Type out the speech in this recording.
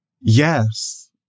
yes